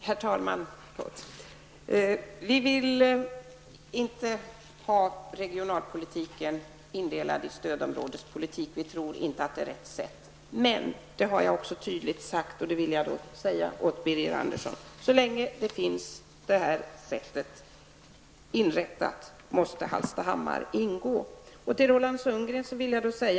Herr talman! Vi vill inte ha en regionalpolitik som innebär att man har stödområden. Vi tror inte att det är rätt sätt att bedriva regionalpolitik. Men jag har tydligt sagt, och jag vill upprepa det till Birger Andersson, att så länge man har stödområdesindelning måste Hallstahammar ingå i ett stödområde. Till Roland Sundgren vill jag säga ...